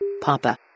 Papa